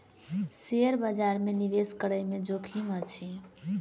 share बजार में निवेश करै में जोखिम अछि